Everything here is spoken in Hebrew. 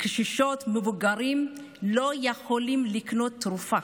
קשישות ומבוגרים שלא יכולים לקנות תרופה.